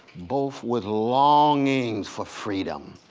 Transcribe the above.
both with longings for freedom,